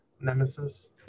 Nemesis